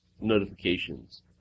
notifications